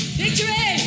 victory